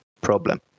problem